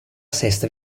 sesta